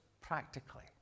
practically